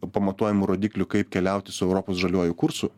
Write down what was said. pamatuojamų rodiklių kaip keliauti su europos žaliuoju kursu